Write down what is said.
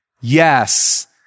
Yes